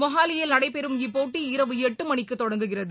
மொகாலியில் நடைபெறும் இப்போட்டி இரவு எட்டுமணிக்குதொடங்குகிறது